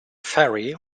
ferry